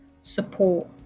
support